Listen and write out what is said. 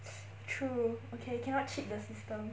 true okay cannot cheat the system